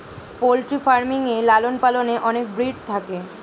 poultry farming এ লালন পালনে অনেক ব্রিড থাকে